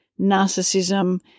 narcissism